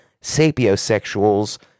sapiosexuals